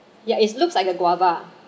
ya it looks like a guava